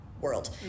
world